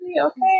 Okay